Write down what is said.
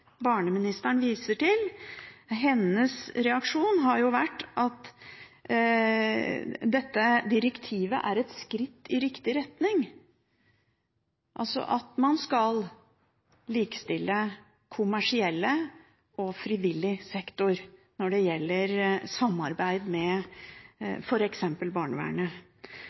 barneministeren viser til. Hennes reaksjon har vært at dette direktivet er et skritt i riktig retning, altså at man skal likestille kommersielle og frivillig sektor når det gjelder samarbeid med f.eks. barnevernet.